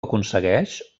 aconsegueix